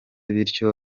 bityo